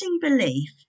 belief